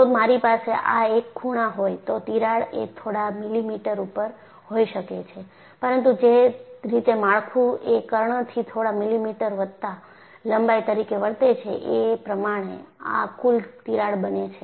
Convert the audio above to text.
જો મારી પાસે આ એક ખૂણા હોય તો તિરાડએ થોડા મિલીમીટર ઉપર હોઈ શકે છે પરંતુ જે રીતે માળખુ એ કર્ણથી થોડા મિલીમીટર વત્તા લંબાઈ તરીકે વર્તે છે એ પ્રમાણે આ કુલ તિરાડ બને છે